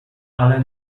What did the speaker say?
ale